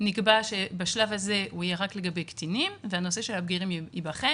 נקבע שבשלב הזה הוא יהיה רק לגבי קטינים והנושא של הבגירים ייבחן.